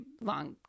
long